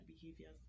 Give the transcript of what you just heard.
behaviors